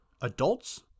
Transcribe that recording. adults